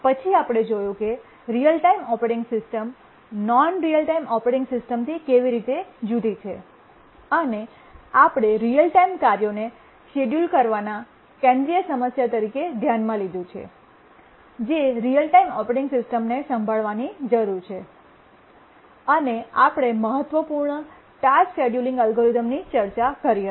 પછી આપણે જોયું કે real time operating system non real time operating સિસ્ટમથી કેવી રીતે જુદી છે અને આપણે રીઅલ ટાઇમ કાર્યોને શેડ્યૂલ કરવાને કેન્દ્રીય સમસ્યા તરીકે ધ્યાનમાં લીધું છે જે રીઅલ ટાઇમ ઓપરેટિંગ સિસ્ટમને સંભાળવાની જરૂર છે અને આપણે મહત્વપૂર્ણ ટાસ્ક શેડ્યૂલિંગ એલ્ગોરિધમ્સની ચર્ચા કરી હતી